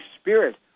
Spirit